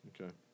Okay